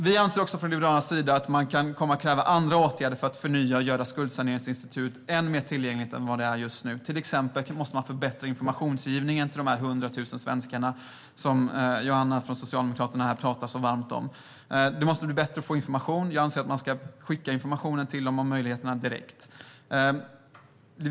Vi anser också från Liberalernas sida att man kan komma att kräva andra åtgärder för att förnya och göra skuldsaneringsinstitutet ännu mer tillgängligt än vad det är just nu. Till exempel måste man förbättra informationsgivningen till de 100 000 svenskar som Johanna från Socialdemokraterna pratade så varmt om. Det måste bli lättare att få information. Jag anser att man ska skicka information om möjligheterna direkt till berörda personer.